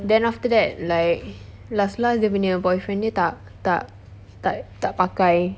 then after that like last last dia punya boyfriend dia tak tak tak tak pakai